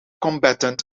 combatant